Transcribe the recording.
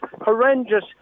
horrendous